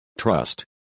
trust